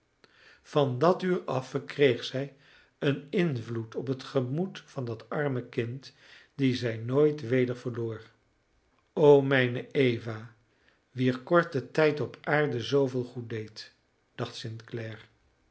van dat uur af verkreeg zij een invloed op het gemoed van dat arme kind dien zij nooit weder verloor o mijne eva wier korte tijd op aarde zooveel goed deed dacht